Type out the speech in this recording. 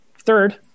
Third